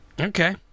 Okay